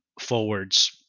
forwards